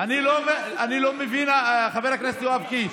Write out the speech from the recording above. אני לא מבין, חבר הכנסת יואב קיש,